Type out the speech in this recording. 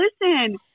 listen